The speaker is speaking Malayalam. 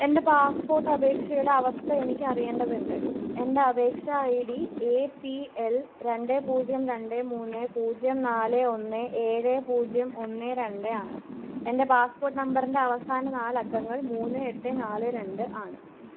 എന്റെ പാസ്പ്പോട്ട് അപേക്ഷയുടെ അവസ്ഥ എനിക്ക് അറിയേണ്ടതുണ്ട് എന്റെ അപേക്ഷാ I D A P L രണ്ട് പൂജ്യം രണ്ട് മൂന്ന് പൂജ്യം നാല് ഒന്ന് ഏഴ് പൂജ്യം ഒന്ന് രണ്ട് ആണ് എന്റെ പാസ്പ്പോട്ട് നമ്പറിന്റെ അവസാന നാല് അക്കങ്ങൾ മൂന്ന് എട്ട് നാല് രണ്ട് ആണ്